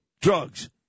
drugs